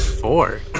Four